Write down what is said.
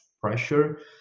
pressure